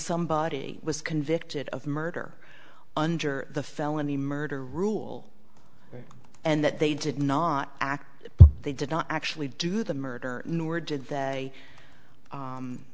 somebody was convicted of murder under the felony murder rule and that they did not act they did not actually do the murder nor did they